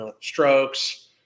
strokes